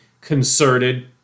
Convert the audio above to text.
concerted